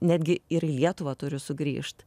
netgi ir į lietuvą turiu sugrįžt